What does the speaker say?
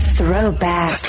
throwback